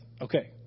Okay